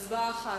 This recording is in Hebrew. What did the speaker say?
הצבעה אחת.